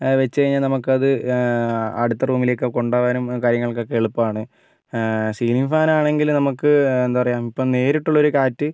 വെച്ചുകഴിഞ്ഞാൽ നമുക്ക് അത് അടുത്ത റൂമിലേക്ക് കൊണ്ടുപോവാൻ കാര്യങ്ങൾക്കൊക്കെ എളുപ്പമാണ് സീലിംഗ് ഫാൻ ആണെങ്കിൽ നമുക്ക് എന്താണ് പറയുക ഇപ്പം നേരിട്ടുള്ളോരു കാറ്റ്